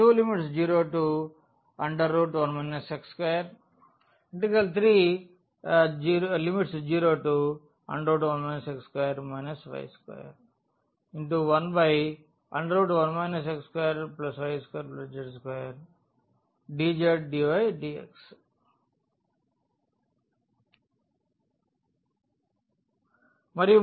0101 x201 x2 y211 x2y2z2dzdydx మరియు